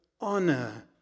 honor